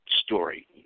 story